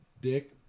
dick